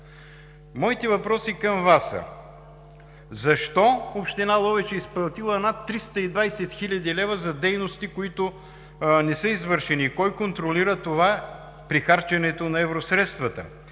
Моите въпроси към Вас са: защо Община Ловеч е изплатила над 320 хил. лв. за дейности, които не са извършени? Кой контролира това при харченето на евросредствата?